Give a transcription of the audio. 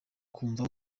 kumva